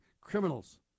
criminals